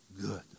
Good